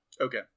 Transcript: Okay